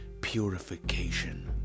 purification